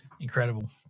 Incredible